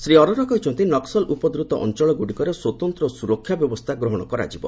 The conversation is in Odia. ଶ୍ରୀ ଅରୋରା କହିଛନ୍ତି ନକ୍ୱଲ୍ ଉପଦ୍ରତ ଅଞ୍ଚଳଗୁଡ଼ିକରେ ସ୍ୱତନ୍ତ୍ର ସୁରକ୍ଷା ବ୍ୟବସ୍ଥା ଗ୍ରହଣ କରାଯିବ